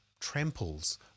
tramples